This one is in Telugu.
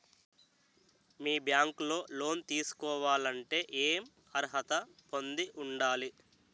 మీ బ్యాంక్ లో లోన్ తీసుకోవాలంటే ఎం అర్హత పొంది ఉండాలి?